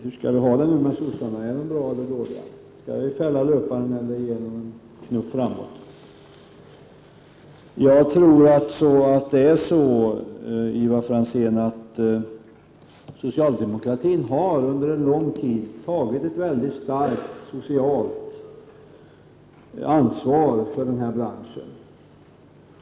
Hur är det nu med socialdemokraterna, är de bra eller dåliga? Skall vi fälla löparen eller ge honom en knuff framåt? Jag tror, Ivar Franzén, att socialdemokratin under lång tid har tagit ett mycket stort socialt ansvar för den här branschen.